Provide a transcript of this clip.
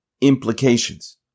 implications